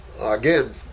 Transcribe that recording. Again